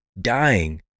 dying